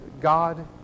God